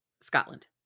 Scotland